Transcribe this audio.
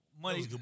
Money